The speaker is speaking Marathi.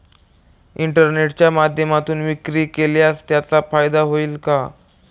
इंटरनेटच्या माध्यमातून विक्री केल्यास त्याचा फायदा होईल का?